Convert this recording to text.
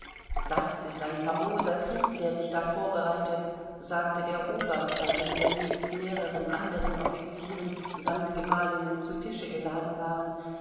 das ist ein famoser krieg der sich da vorbereitet sagte der oberst bei dem wir nebst mehreren anderen offizieren samt gemahlinnen zu tische geladen waren